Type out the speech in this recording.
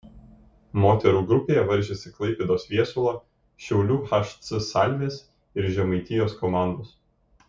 moterų grupėje varžėsi klaipėdos viesulo šiaulių hc salvės ir žemaitijos komandos